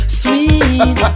sweet